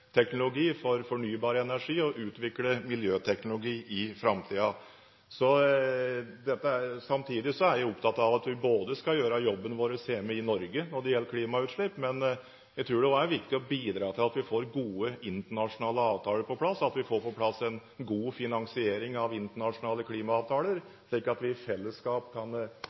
teknologi for fornybar energi og å utvikle miljøteknologi i framtiden. Samtidig er jeg opptatt av at vi skal gjøre jobben vår hjemme i Norge når det gjelder klimautslipp, men jeg tror det også er viktig å bidra til at vi får gode internasjonale avtaler på plass, at vi får på plass en god finansiering av internasjonale klimaavtaler, slik at vi i fellesskap kan